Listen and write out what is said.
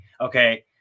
okay